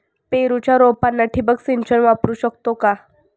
पेरूच्या रोपांना ठिबक सिंचन वापरू शकतो का?